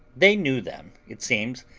they knew them, it seems,